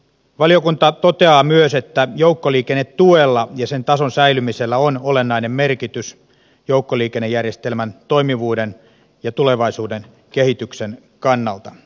valiokunta toteaa myös että joukkoliikennetuella ja sen tason säilymisellä on olennainen merkitys joukkoliikennejärjestelmän toimivuuden ja tulevaisuuden kehityksen kannalta